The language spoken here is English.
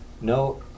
no